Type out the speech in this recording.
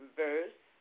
verse